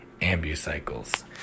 ambicycles